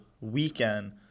weekend